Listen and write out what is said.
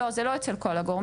לא , זה אצל כל הגורמים.